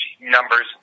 numbers